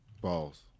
Balls